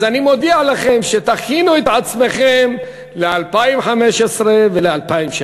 אני מודיע לכם שתכינו את עצמכם ל-2015 ו-2016.